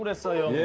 and saeho?